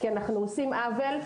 כי אנחנו עושים עוול.